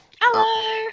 Hello